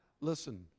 Listen